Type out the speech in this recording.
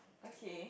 okay